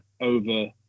over